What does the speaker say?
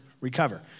recover